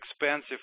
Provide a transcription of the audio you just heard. expensive